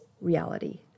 reality